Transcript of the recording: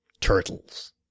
turtles